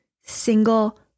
single